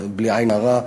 בלי עין הרע,